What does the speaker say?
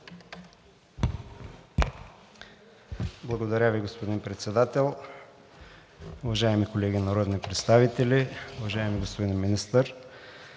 Благодаря Ви, господин Председател. Уважаеми колеги народни представители! Уважаеми господин Министър,